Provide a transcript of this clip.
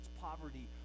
poverty